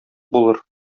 булыр